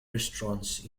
restaurants